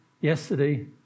Yesterday